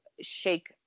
shake